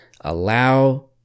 allow